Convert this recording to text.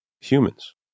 humans